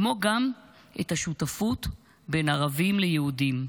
כמו גם את השותפות בין ערבים ליהודים.